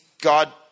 God